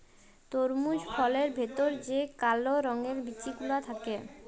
তরমুজ ফলের ভেতর যে কাল রঙের বিচি গুলা থাক্যে